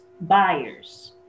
buyers